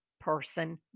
person